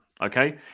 Okay